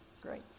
Great